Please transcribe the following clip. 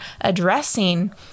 addressing